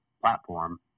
platform